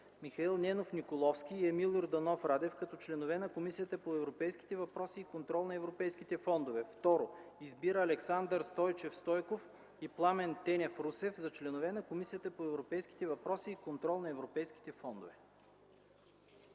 Михаил Ненов Николовски и Емил Йорданов Радев, като членове на Комисията по европейските въпроси и контрол на европейските фондове. 2. Избира Александър Стойчев Стойков и Пламен Тенев Русев за членове на Комисията по европейските въпроси и контрол на европейските фондове.”